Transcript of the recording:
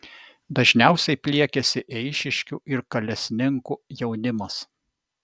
dažniausiai pliekiasi eišiškių ir kalesninkų jaunimas